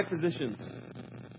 positions